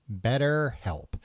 BetterHelp